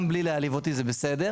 גם בלי להעליב אותי זה בסדר,